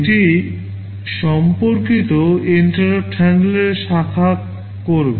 এটি সম্পর্কিত INTERRUPT হ্যান্ডলারের শাখা করবে